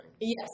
Yes